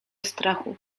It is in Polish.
strachu